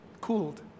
cooled